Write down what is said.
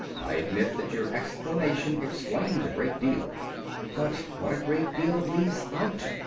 i admit that your explanation explains a great deal but what a great deal it leaves out!